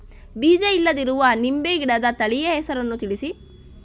ಬೀಜ ಇಲ್ಲದಿರುವ ನಿಂಬೆ ಗಿಡದ ತಳಿಯ ಹೆಸರನ್ನು ತಿಳಿಸಿ?